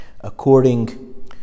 according